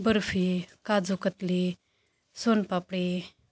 barfi kaju katli soan papdi